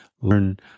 learn